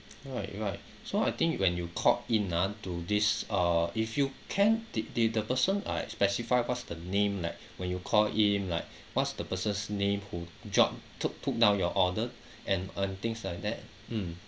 right right so I think you when you caught in ah to this uh if you can the the the person I specify what's the name like when you call him like what's the person's name who jot took took down your order and um things like that mm